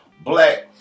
black